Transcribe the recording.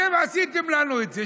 אתם עשיתם לנו את זה.